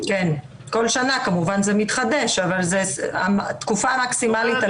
כל שנה זה מתחדש, אז זו התקופה המקסימלית.